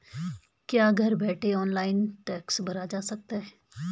क्या घर बैठे ऑनलाइन टैक्स भरा जा सकता है?